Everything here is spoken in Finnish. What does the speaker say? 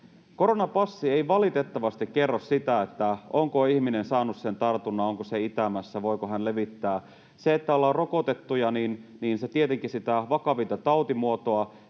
Koronapassi ei valitettavasti kerro sitä, onko ihminen saanut sen tartunnan, onko se itämässä, voiko hän levittää. Se, että ollaan rokotettuja, tietenkin sitä vakavinta tautimuotoa